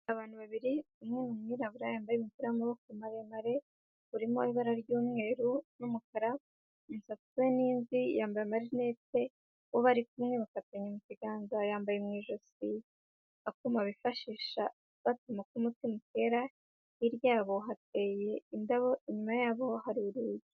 Abantu babiri umwe ni umwirabura yambaye umupira w'amaboko maremare urimo ibara ry'umweru n'umukara imisatsi ye ni imvi, yambaye amarinete, uwo bari kumwe bafatanya mu kiganza yambaye mu ijosi akuma bifashisha bapima uko umutima utera hirya yabo hateye indabo inyuma yabo hari urugi.